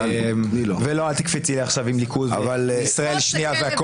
אל תקפצי עכשיו עם ליכוד וישראל השנייה.